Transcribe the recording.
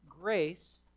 grace